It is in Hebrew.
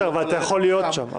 אבל אתה יכול להיות שם.